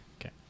Okay